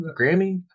Grammy